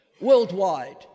worldwide